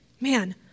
Man